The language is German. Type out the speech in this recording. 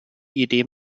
idee